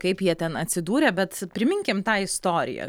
kaip jie ten atsidūrė bet priminkim tą istoriją